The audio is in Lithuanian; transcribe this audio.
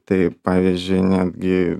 tai pavyzdžiui netgi